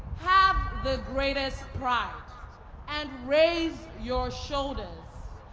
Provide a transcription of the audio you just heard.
have the greatest pride and raise your shoulders.